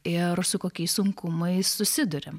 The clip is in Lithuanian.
ir su kokiais sunkumais susiduriam